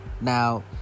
Now